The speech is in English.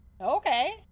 Okay